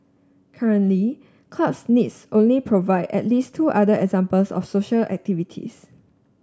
currently clubs needs only provide at least two other examples of social activities